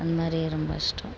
அந்த மாதிரி ரொம்ப இஷ்டம்